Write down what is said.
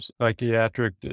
psychiatric